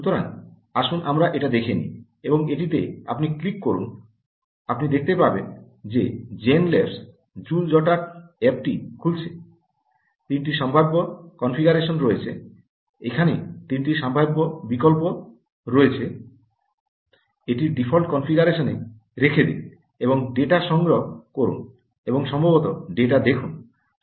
সুতরাং আসুন আমরা এটা দেখি এবং এটিতে আপনি ক্লিক করুন আপনি দেখতে পাবেন যে যেন ল্যাবস জুল জটার অ্যাপটি খুলছে তিনটি সম্ভাব্য কনফিগারেশন রয়েছে এখানে তিনটি সম্ভাব্য বিকল্প রয়েছে এটির ডিফল্ট কনফিগারেশনে রেখে দিন এবং ডেটা সংগ্রহ করুন এবং সম্ভবত ডেটা দেখুন